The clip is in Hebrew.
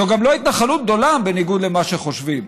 זו גם לא התנחלות גדולה, בניגוד למה שחושבים.